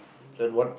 then what